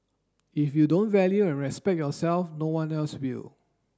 if you don't value and respect yourself no one else will